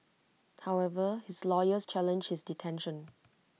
however his lawyers challenged his detention